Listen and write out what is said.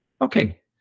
Okay